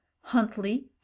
Huntley